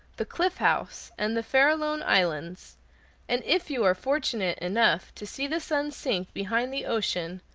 the cliff house, and the farallone islands and if you are fortunate enough to see the sun sink behind the ocean,